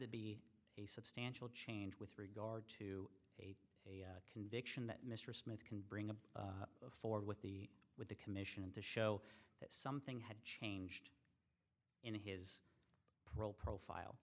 to be a substantial change with regard to a conviction that mr smith can bring up for with the with the commission and to show that something had changed in his parole profile